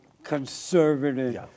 conservative